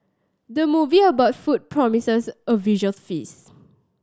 the movie about food promises a visual feast